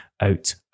out